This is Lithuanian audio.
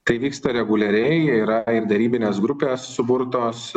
tai vyksta reguliariai yra ir derybinės grupės suburtos